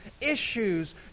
issues